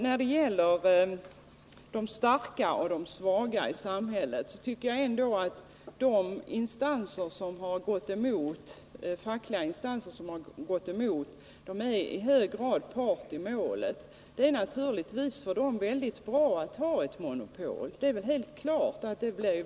När det gäller resonemanget om de starka och de svaga i samhället tycker Nr 56 jag ändå att de fackliga instanser som har gått emot propositionens förslag i Tisdagen den hög grad är parter i målet. 18 december 1979 Det är naturligtvis väldigt bra för försäkringsbolagen att ha ett monopol.